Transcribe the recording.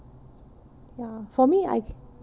ya for me I